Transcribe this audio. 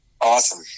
awesome